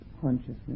consciousness